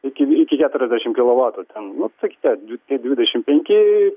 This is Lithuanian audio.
iki keturiasdešimt kilovatų ten kokie dvidešimt penki